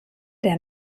der